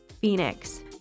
Phoenix